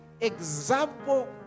example